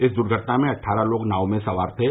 इस दुर्घटना में अट्ठारह लोग नाव में सवार थे